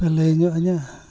ᱯᱮ ᱞᱟᱹᱭᱧᱚᱜ ᱟᱹᱧᱟᱹ